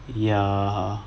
ya